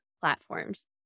platforms